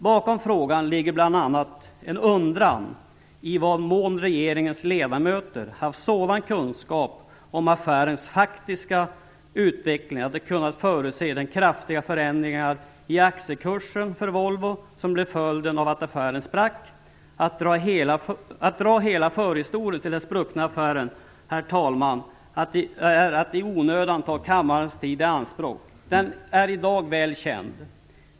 Bakom frågan ligger bl.a. en undran i vad mån regeringens ledamöter haft sådan kunskap om affärens faktiska utveckling att de kunnat förutse de kraftiga ändringar i aktiekursen för Volvo som blev följden av att affären sprack. Att dra hela förhistorien till den spruckna affären är, herr talman, att i onödan ta kammarens tid i anspråk. Den är i dag väl känd.